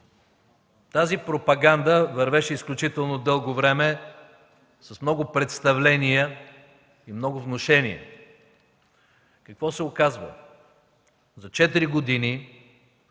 Тази пропаганда вървеше изключително дълго време с много представления и много внушения. Какво се оказва? За четири